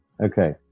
Okay